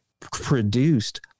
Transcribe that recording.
produced